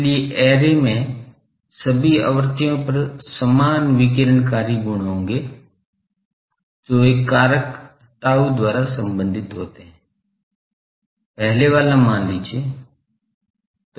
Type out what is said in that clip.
इसलिए ऐरे में सभी आवृत्तियों पर समान विकिरणकारी गुण होंगे जो एक कारक tau द्वारा संबंधित होते हैं पहले वाला मान लीजिए